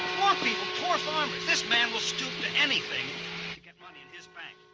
people! poor farmers! this man will stoop to anything to get money in his bank.